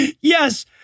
yes